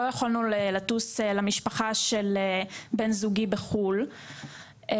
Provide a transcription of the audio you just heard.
לא יכולנו לטוס למשפחה של בן זוגי בחוץ לארץ